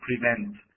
prevent